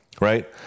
right